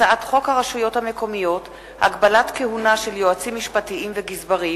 הצעת חוק מתן הנחות בתעריפי מים וביוב